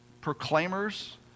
proclaimers